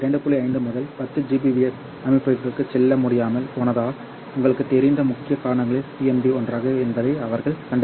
5 முதல் 10 Gbps அமைப்புகளுக்கு செல்ல முடியாமல் போனதால் உங்களுக்குத் தெரிந்த முக்கிய காரணிகளில் PMD ஒன்றாகும் என்பதை அவர்கள் கண்டறிந்தனர்